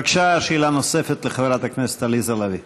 בבקשה, שאלה נוספת לחברת הכנסת עליזה לביא.